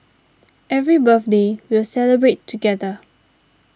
every birthday we'll celebrate together